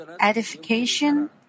edification